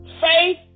faith